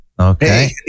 Okay